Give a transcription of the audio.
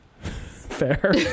Fair